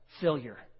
failure